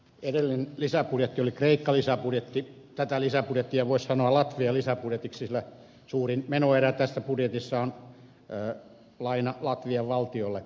edellinen lisäbudjetti oli kreikka lisäbudjetti tätä lisäbudjettia voisi sanoa latvia lisäbudjetiksi sillä suurin menoerä tässä budjetissa on laina latvian valtiolle